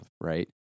right